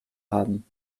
haben